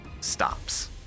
stops